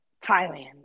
Thailand